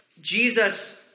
Jesus